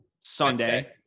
Sunday